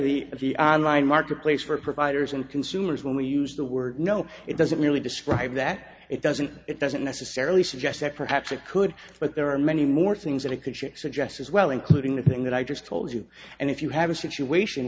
the on line marketplace for providers and consumers when we use the word no it doesn't really describe that it doesn't it doesn't necessarily suggest that perhaps it could but there are many more things that i could check suggest as well including the thing that i just told you and if you have a situation